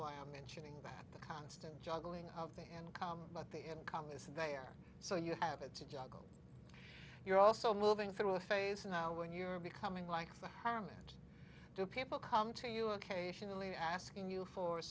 why i'm mentioning that the constant juggling of the end come but the income is there so you have it to juggle you're also moving through a phase now when you're becoming like the permanent do people come to you occasionally asking you for